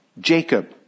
Jacob